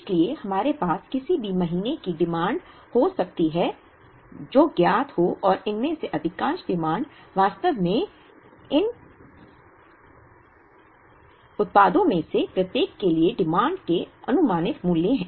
इसलिए हमारे पास किसी भी महीने की डिमांड हो सकती है जो ज्ञात हो और इनमें से अधिकांश डिमांड वास्तव में इन उत्पादों में से प्रत्येक के लिए डिमांड के अनुमानित मूल्य हैं